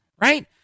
right